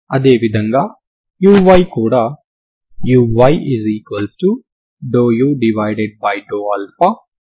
అదే విధంగా uy కూడా uy∂u∂α